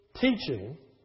teaching